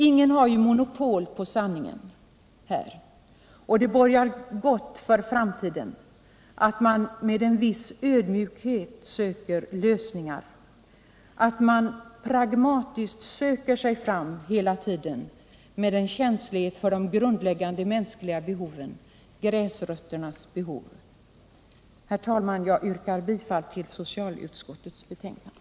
Ingen har monopol på sanningen här, och det bådar gott för framtiden att man med en viss ödmjukhet söker lösningar, att man pragmatiskt söker sig fram hela tiden med en känslighet för de grundläggande mänskliga behoven, gräsrötternas behov. Herr talman! Jag yrkar bifall till utskottets hemställan.